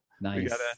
Nice